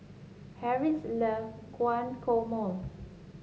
Harriet's love Guacamole